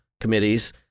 committees